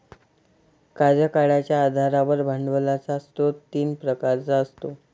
कार्यकाळाच्या आधारावर भांडवलाचा स्रोत तीन प्रकारचा असतो